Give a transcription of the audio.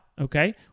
Okay